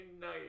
night